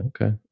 Okay